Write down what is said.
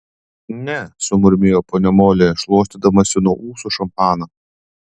ne sumurmėjo ponia moli šluostydamasi nuo ūsų šampaną